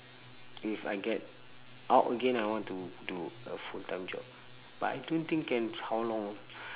if I get out again I want to do a full time job but I don't think can how long